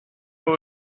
will